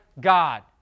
God